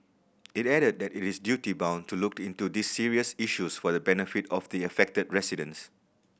it added that it is duty bound to look into these serious issues for the benefit of the affected residents